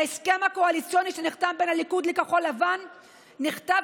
בהסכם הקואליציוני שנחתם בין הליכוד לכחול לבן נכתב,